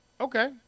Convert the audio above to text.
Okay